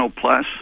Plus